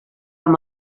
amb